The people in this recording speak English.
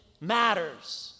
matters